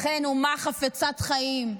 לכן אומה חפצת חיים,